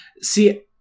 See